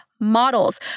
models